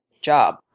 job